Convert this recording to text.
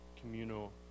communal